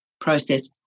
process